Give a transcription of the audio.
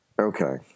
Okay